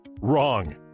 Wrong